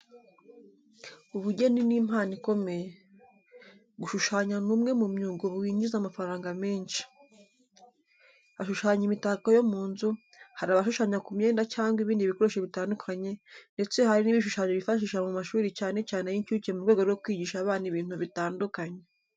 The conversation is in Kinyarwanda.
Ubugeni ni impano ikomeye. Gushushanya ni umwe mu myuga ubu winjiza amafaranga menshi. Bashushanya imitako yo mu nzu, hari abashushanya ku myenda cyangwa ibindi bikoresho bitandukanye ndetse hari n'ibishushanyo bifashisha mu mashuri cyane cyane ay'incuke mu rwego rwo kwigisha abana ibintu bitandukanye.